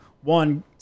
one